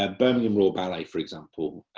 ah birmingham royal ballet, for example,